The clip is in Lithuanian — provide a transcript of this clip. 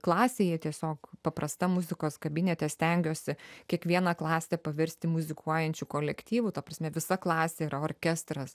klasėje tiesiog paprastam muzikos kabinete stengiuosi kiekvieną klasę paversti muzikuojančiu kolektyvu ta prasme visa klasė yra orkestras